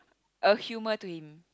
a humour to him